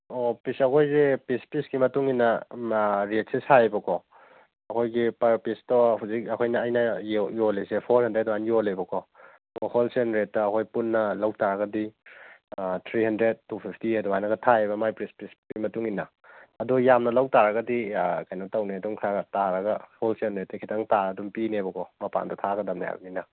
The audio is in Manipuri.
ꯑꯣ ꯞꯤꯁ ꯑꯩꯈꯣꯏꯁꯦ ꯄꯤꯁ ꯄꯤꯁꯀꯤ ꯃꯇꯨꯡ ꯏꯟꯅ ꯔꯦꯠꯁꯦ ꯁꯥꯏꯑꯦꯕꯀꯣ ꯑꯩꯈꯣꯏꯒꯤ ꯄꯔ ꯄꯤꯁꯇꯣ ꯍꯧꯖꯤꯛ ꯑꯩꯈꯣꯏꯅ ꯑꯩꯅ ꯌꯣꯜꯂꯤꯁꯦ ꯐꯣꯔ ꯍꯟꯗ꯭ꯔꯦꯗ ꯑꯗꯨꯃꯥꯏꯅ ꯌꯣꯜꯂꯦꯕꯀꯣ ꯍꯣꯜ ꯁꯦꯟ ꯔꯦꯠꯇꯥ ꯑꯩꯈꯣꯏꯅ ꯄꯨꯟꯅ ꯂꯧꯕ ꯇꯔꯒꯗꯤ ꯊ꯭ꯔꯤ ꯍꯟꯗ꯭ꯔꯦꯗ ꯇꯨ ꯐꯤꯐꯇꯤ ꯑꯗꯨꯃꯥꯏꯅꯒ ꯊꯥꯏꯑꯦꯕ ꯃꯥꯒꯤ ꯄꯤꯁ ꯄꯤꯁꯇꯨꯒꯤ ꯃꯇꯨꯡ ꯏꯟꯅ ꯑꯗꯣ ꯌꯥꯝꯅ ꯂꯧꯕ ꯇꯥꯔꯒꯗꯤ ꯀꯩꯅꯣ ꯇꯧꯅꯤ ꯑꯗꯨꯝ ꯈꯔꯒ ꯇꯔꯒ ꯍꯣꯜ ꯁꯦꯟ ꯔꯦꯠꯇꯒꯤ ꯈꯤꯇꯪ ꯇꯔꯒ ꯑꯗꯨꯝ ꯄꯤꯅꯦꯕꯀꯣ ꯃꯄꯥꯟꯗ ꯊꯥꯒꯗꯕꯅꯦꯕ ꯃꯤꯅ